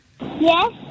Yes